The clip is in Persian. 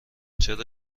چرا